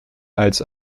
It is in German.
als